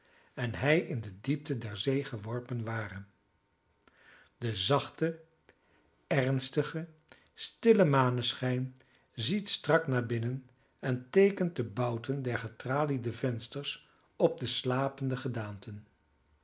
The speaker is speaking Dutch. en hij in de diepte der zee geworpen ware de zachte ernstige stille maneschijn ziet strak naar binnen en teekent de bouten der getraliede vensters op de slapende gedaanten